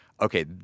Okay